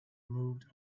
moved